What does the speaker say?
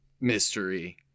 mystery